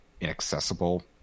inaccessible